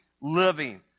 living